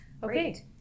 Great